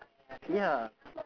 ya